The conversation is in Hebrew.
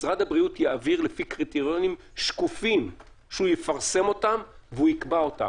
משרד הבריאות יעביר לפי קריטריונים שקופים שהוא יפרסם ויקבע אותם.